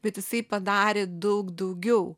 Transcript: bet jisai padarė daug daugiau